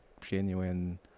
genuine